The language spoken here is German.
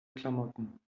klamotten